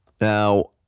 Now